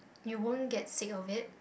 you won't get sick of it